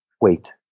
wait